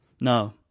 No